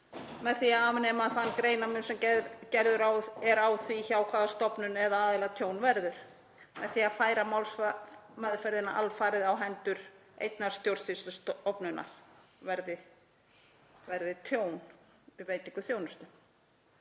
með því að afnema þann greinarmun sem gerður er á því hjá hvaða stofnun eða aðila tjón verður, með því að færa málsmeðferðina alfarið á hendur einnar stjórnsýslustofnunar verði tjón við veitingu þjónustu.